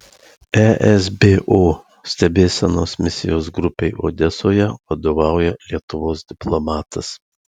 esbo stebėsenos misijos grupei odesoje vadovauja lietuvos diplomatas